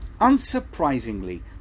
Unsurprisingly